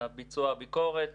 ביצוע הביקורת,